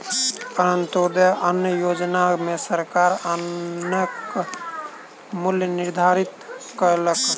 अन्त्योदय अन्न योजना में सरकार अन्नक मूल्य निर्धारित कयलक